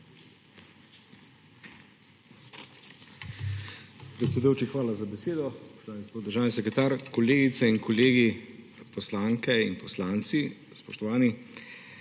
hvala za besedo.